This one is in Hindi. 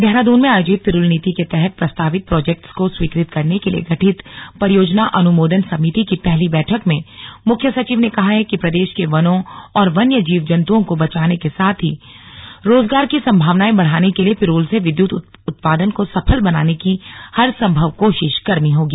देहरादून में आयोजित पिरूल नीति के तहत प्रस्तावित प्रोजेक्ट्स को स्वीकृत करने के लिए गठित परियोजना अनुमोदन समिति की पहली बैठक में मुख्य सचिव ने कहा कि प्रदेश के वनों और वन्य जीव जन्तुओं को बचाने के साथ ही रोजगार की सम्भावनाएं बढ़ाने के लिए पिरूल से विद्यत उत्पादन को सफल बनाने की हर सम्भव कोशिश करनी होगी